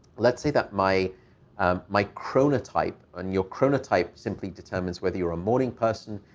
let's say that my um my chronotype, and your chronotype simply determines whether you're a morning person,